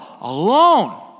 alone